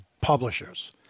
publishers